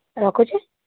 ରଖୁଛି